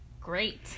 great